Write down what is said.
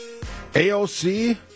AOC